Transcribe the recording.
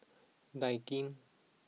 Daikin